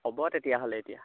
হ'ব তেতিয়াহ'লে এতিয়া